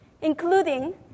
including